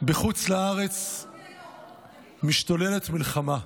בחוץ לארץ משתוללת מלחמה.